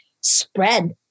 spread